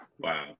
wow